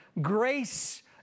Grace